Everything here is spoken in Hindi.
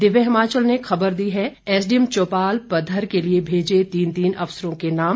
दिव्य हिमाचल ने खबर दी है एसडीएम चौपाल पद्वर के लिए भेजे तीन तीन अफसरों के नाम